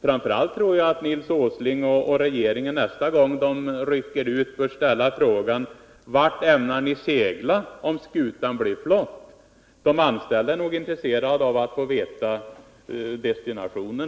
Framför allt tror jag att Nils Åsling och regeringen, nästa gång de rycker ut, bör ställa frågan: Vart ämnar ni segla om skutan blir flott? De anställda är nog intresserade av att också få veta destinationen.